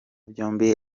byombi